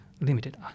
limited